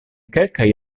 kelkaj